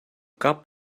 cup